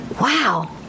wow